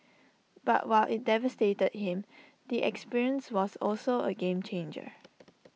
but while IT devastated him the experience was also A game changer